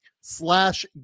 slash